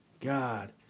God